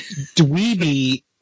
dweeby